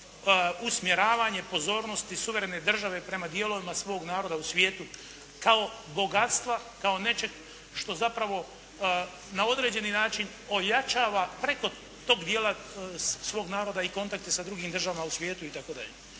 usmjeravanje pozornosti suverene države prema dijelovima svog naroda u svijetu kao bogatstva, kao nečeg što zapravo na određeni način ojačava preko tog dijela svog naroda i kontakte sa drugim državama u svijetu itd.